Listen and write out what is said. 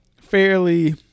fairly